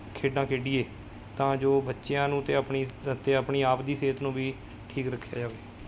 ਖੇਡਾਂ ਖੇਡੀਏ ਤਾਂ ਜੋ ਬੱਚਿਆਂ ਨੂੰ ਅਤੇ ਆਪਣੀ ਅਤੇ ਆਪਣੀ ਆਪ ਦੀ ਸਿਹਤ ਨੂੰ ਵੀ ਠੀਕ ਰੱਖਿਆ ਜਾਵੇ